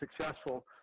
successful